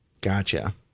Gotcha